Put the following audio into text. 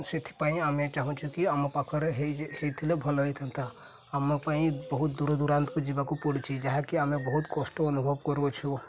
ସେଥିପାଇଁ ଆମେ ଚାହୁଁଚୁ କି ଆମ ପାଖରେ ହେଇଥିଲେ ଭଲ ହେଇଥାନ୍ତା ଆମ ପାଇଁ ବହୁତ ଦୂର ଦୁରାନ୍ତୁ ଯିବାକୁ ପଡ଼ୁଛି ଯାହାକି ଆମେ ବହୁତ କଷ୍ଟ ଅନୁଭବ କରୁଅଛୁ